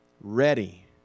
ready